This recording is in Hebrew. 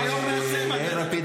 יאיר לפיד,